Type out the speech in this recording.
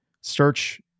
search